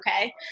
okay